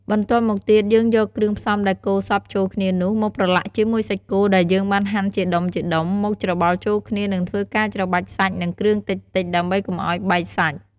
បន្ទាប់មកទៀតយើងយកគ្រឿងផ្សំដែលកូរសព្វចូលគ្នានោះ មកប្រឡាក់ជាមួយសាច់គោដែលយើងបានហាន់ជាដុំៗ មកច្របល់ចូលគ្នានិងធ្វើការច្របាច់សាច់និងគ្រឿងតិចៗ ដើម្បីកុំអោយបែកសាច់។